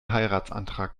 heiratsantrag